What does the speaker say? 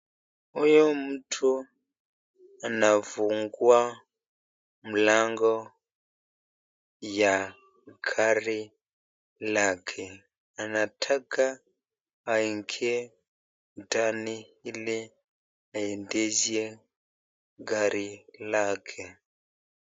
Huyu mtu anafungua mlango ya gari lake, anataka aingie ndani ili aendeshe gari lake.